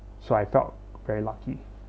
so I felt very lucky